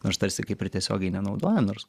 nors tarsi kaip ir tiesiogiai nenaudoja nors